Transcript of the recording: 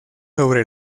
sobre